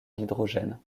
hydrogène